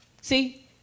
See